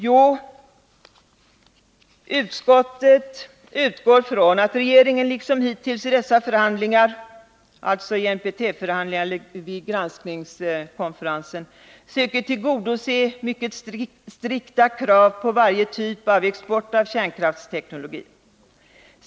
Jo, utskottet ”utgår från att regeringen liksom hittills i dessa förhandlingar” — alltså i NPT förhandlingarna eller vid granskningskonferensen — ”söker tillgodose mycket strikta krav på varje typ av export av kärnkraftsteknologi.